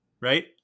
Right